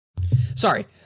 Sorry